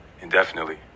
indefinitely